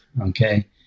okay